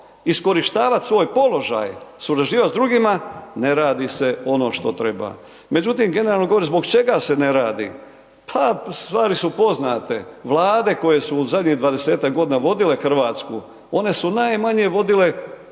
iskorištavati svoj položaj surađivati s drugima, ne radi se ono što treba. Međutim, generalno govorim zbog čega se ne radi? Pa stvari su poznate, vlade koji su zadnjih 20-tak godina vodile Hrvatsku, one su najmanje vodile računa